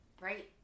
right